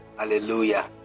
Hallelujah